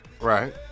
Right